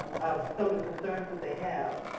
some of the concerns that they have.